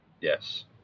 Yes